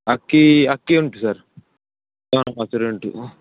ಅಕ್ಕಿ ಅಕ್ಕಿ ಉಂಟು ಸರ್ ಸೋನಾಮಸೂರಿ ಉಂಟು ಹಾಂ